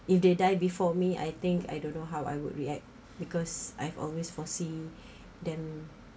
if they die before me I think I don't know how I would react because I've always foresee them